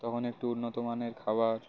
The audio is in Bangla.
তখন একটু উন্নত মানের খাবার